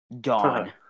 dawn